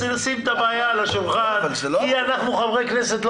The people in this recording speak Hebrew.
נשים את הבעיה על השולחן כי אנחנו חברי כנסת,